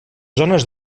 zones